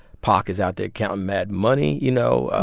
pac is out there counting mad money, you know,